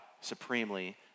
supremely